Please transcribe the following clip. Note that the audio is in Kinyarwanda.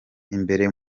imbere